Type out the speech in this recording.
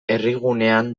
herrigunean